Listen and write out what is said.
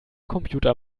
computer